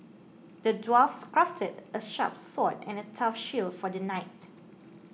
the dwarfs crafted a sharp sword and a tough shield for the knight